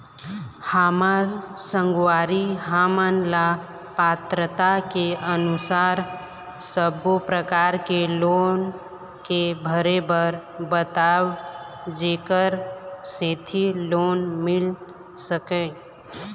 हमर संगवारी हमन ला पात्रता के अनुसार सब्बो प्रकार के लोन के भरे बर बताव जेकर सेंथी लोन मिल सकाए?